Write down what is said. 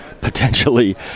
potentially